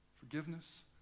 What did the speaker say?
Forgiveness